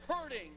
hurting